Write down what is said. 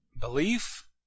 Belief